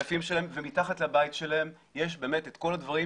היפים שלהם, ומתחת לבית שלהם יש באמת את כל הדברים